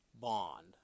bond